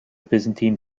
byzantine